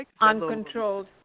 uncontrolled